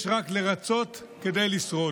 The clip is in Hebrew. יש רק לרצות כדי לשרוד.